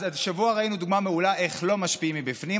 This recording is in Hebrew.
אז השבוע ראינו דוגמה מעולה איך לא משפיעים מבפנים,